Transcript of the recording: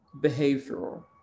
behavioral